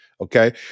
okay